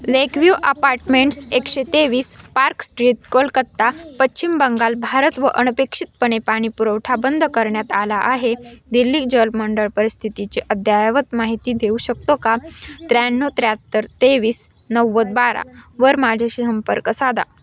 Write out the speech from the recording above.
Lakeview Apartments एकशे तेवीस Park Street Kolkata Paschim Bengal Bharat वर अनपेक्षितपणे पाणी पुरवठा बंद करण्यात आला आहे दिल्ली जलमंडळ परिस्थितीचे अद्यायवत माहिती देऊ शकतो का त्र्याण्णव त्र्याहत्तर तेवीस नव्वद बारा वर माझ्याशी संपर्क साधा